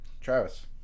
Travis